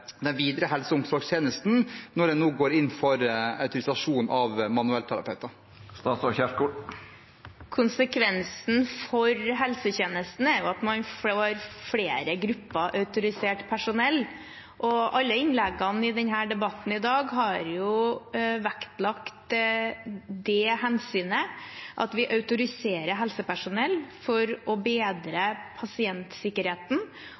helse- og omsorgstjenesten videre når en nå går inn for autorisasjon av manuellterapeuter? Konsekvensen for helsetjenesten er at man får flere grupper autorisert personell. Alle innleggene i debatten i dag har vektlagt det hensynet, at vi autoriserer helsepersonell for å